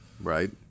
Right